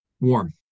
warm